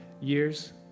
years